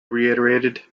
reiterated